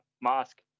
mask